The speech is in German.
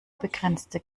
begrenzte